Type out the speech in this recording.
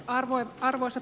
arvoisa puhemies